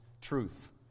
truth